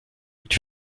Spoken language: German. mit